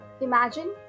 Imagine